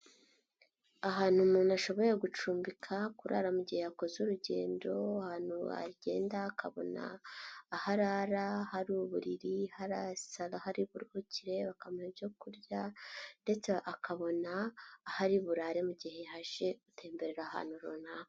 Ahantu umuntu ashoboye gucumbika, kurara gihe yakoze urugendo, ahantu bagenda akabona aharara, hari uburiri, hari aho ari buruhukire, akamenya ibyo kurya ndetse akabona ahari burare mu gihe haje gutemberera ahantu runaka.